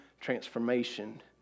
transformation